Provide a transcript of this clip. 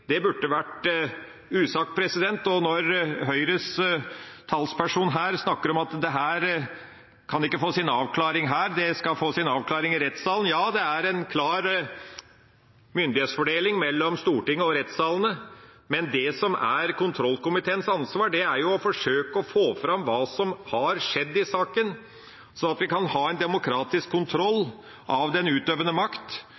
burde vært usagt. Og når Høyres talsperson snakker om at dette kan ikke få sin avklaring her, det skal få sin avklaring i rettssalen. Ja, det er en klar myndighetsfordeling mellom Stortinget og rettssalene, men det som er kontrollkomiteens ansvar, er å forsøke å få fram hva som har skjedd i saken, slik at vi kan ha en demokratisk kontroll av den utøvende makt.